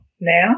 now